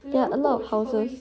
ya a lot of houses